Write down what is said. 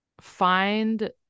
find